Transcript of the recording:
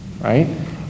right